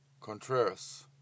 Contreras